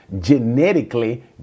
genetically